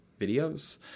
videos